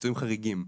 פיצויים חריגים,